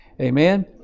Amen